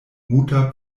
muta